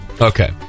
Okay